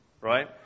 right